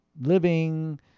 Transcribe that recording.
living